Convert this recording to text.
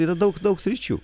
yra daug daug sričių